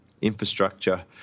infrastructure